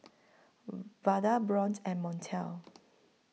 Vada Bryon and Montel